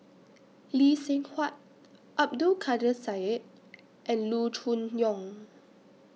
Lee Seng Huat Abdul Kadir Syed and Loo Choon Yong